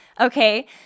okay